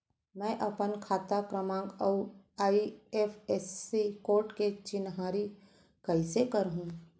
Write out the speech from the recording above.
मैं अपन खाता क्रमाँक अऊ आई.एफ.एस.सी कोड के चिन्हारी कइसे करहूँ?